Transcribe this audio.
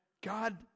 God